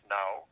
now